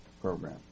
program